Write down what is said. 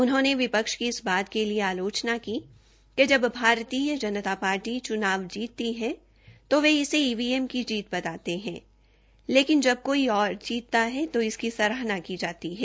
उन्होंने विपक्ष की इस बात के लिए आलोचना की कि जब भारतीय जनता चुनाव जीतती है तो वे हमें ईवीएम की जीत बताते है लेकिन जब कोर्ड और जीतता है इसकी सराहना की जाती है